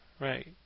Right